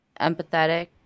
empathetic